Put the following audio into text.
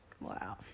wow